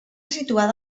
situada